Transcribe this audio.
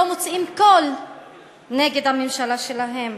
לא מוציאים קול נגד הממשלה שלהם?